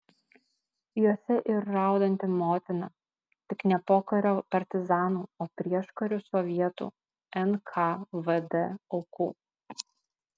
jose ir raudanti motina tik ne pokario partizanų o prieškariu sovietų nkvd aukų